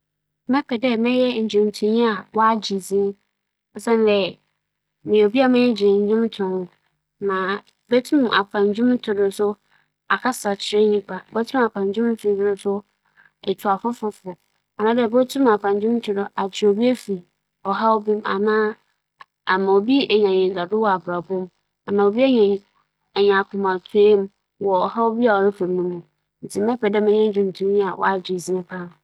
Mpɛn pii no, edwindze a obi bɛyɛ no, ohia dɛ onyaa kor no bɛkyerɛkyerɛ mu ma ehu dɛ aso nkyerɛkyerɛmu a ͻdze ma no, onya nsunsuando bi wͻ wo do anaa. Mbom enguan dze, ͻnnhyɛ daa mmfa nkyerɛkyerɛmu biara ho. Murutu na sɛ emi na meedzi kan a, ibohu. Dɛm ntsi mebɛpɛ dɛ mebɛyɛ enguantonyi a m'agye dzin kyɛn dɛ mebɛyɛ edwimfo a m'agye dzin.